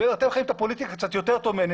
אתם חיים את הפוליטיקה קצת יותר טוב ממני,